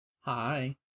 Hi